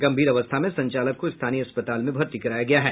गंभीर अवस्था में संचालक को स्थानीय अस्पताल में भर्ती कराया गया है